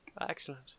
Excellent